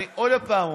אני עוד פעם אומר: